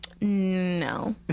No